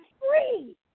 free